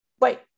wait